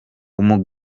umu